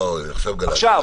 אוי, עכשיו גלשת.